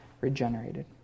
regenerated